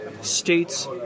States